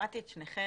שמעתי את שניכם.